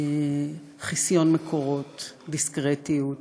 חיסיון מקורות, דיסקרטיות,